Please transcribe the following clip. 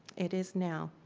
it is now.